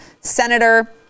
senator